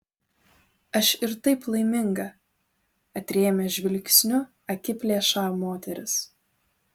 aš ir taip laiminga atrėmė žvilgsniu akiplėšą moteris